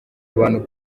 abantu